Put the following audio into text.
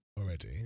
already